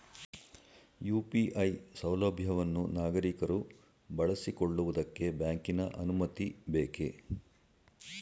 UPI ಸೌಲಭ್ಯವನ್ನು ನಾಗರಿಕರು ಬಳಸಿಕೊಳ್ಳುವುದಕ್ಕೆ ಬ್ಯಾಂಕಿನ ಅನುಮತಿ ಬೇಕೇ?